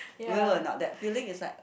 will or not that feeling is like